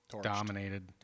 dominated